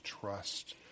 trust